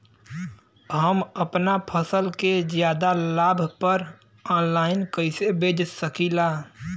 हम अपना फसल के ज्यादा लाभ पर ऑनलाइन कइसे बेच सकीला?